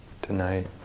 Tonight